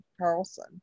Carlson